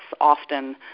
often